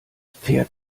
pferd